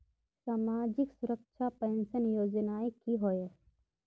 सामाजिक सुरक्षा पेंशन योजनाएँ की होय?